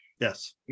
Yes